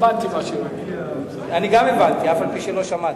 הבנתי מה שהוא, גם אני הבנתי, אף על-פי שלא שמעתי.